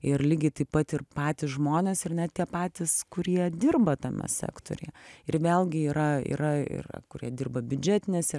ir lygiai taip pat ir patys žmonės ir net tie patys kurie dirba tame sektoriuje ir vėlgi yra yra yra kurie dirba biudžetinėse